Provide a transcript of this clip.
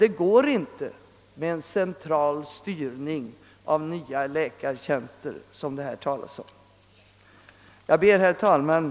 Det går inte att tillämpa en central styrning av det slag som här förordas när det gäller nya läkartjänster. Herr talman!